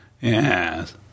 Yes